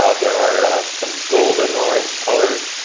ah there are some golden orange colors.